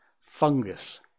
fungus